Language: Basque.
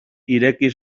ireki